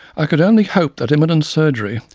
i can only hope that imminent surgery,